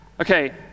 Okay